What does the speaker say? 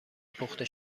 پخته